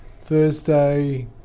Thursday